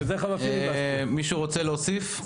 מישהו רוצה להוסיף.